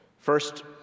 First